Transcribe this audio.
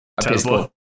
Tesla